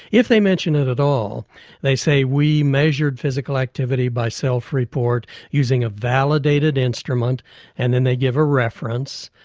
if they mention it at all they say we measured physical activity by self-report, using a validated instrument' and then they give a reference.